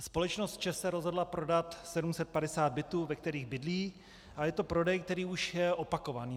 Společnost ČEZ se rozhodla prodat 750 bytů, ve kterých bydlí, a je to prodej, který už je opakovaný.